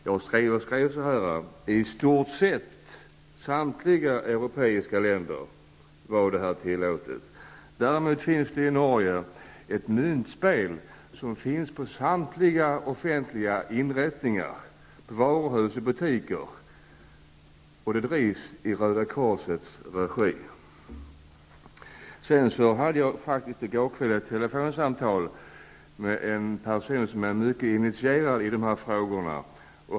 Jag säger i stället att detta i ''i stort sett samtliga europeiska länder'' är tillåtet. Däremot finns det i Norge ett myntspel, och detta återfinns på samtliga offentliga inrättningar samt i varuhus och butiker. Den här verksamheten sker i Röda korsets regi. I går kväll hade jag ett samtal på telefon med en man som är mycket initierad i dessa frågor.